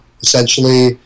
Essentially